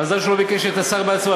מזל שהוא לא ביקש את השר בעצמו,